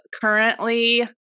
currently